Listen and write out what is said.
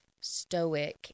stoic